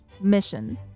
mission